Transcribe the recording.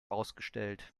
ausgestellt